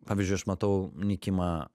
pavyzdžiui aš matau nykimą